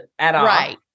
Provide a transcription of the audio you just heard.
Right